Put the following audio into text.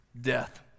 death